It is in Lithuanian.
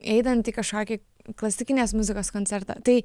einant į kažkokį klasikinės muzikos koncertą tai